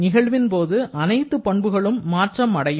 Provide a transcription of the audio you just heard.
நிகழ்வின் போது அனைத்து பண்புகளும் மாற்றம் அடையும்